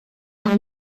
you